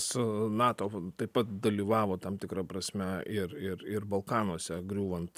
su nato taip pat dalyvavo tam tikra prasme ir ir ir balkanuose griūvant